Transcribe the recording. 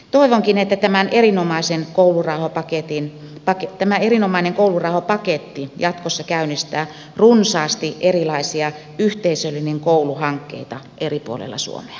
toivonkin että tämä erinomainen koulurauhapaketti jatkossa käynnistää runsaasti erilaisia yhteisöllinen koulu hankkeita eri puolilla suomea